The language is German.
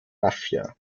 mafia